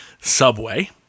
Subway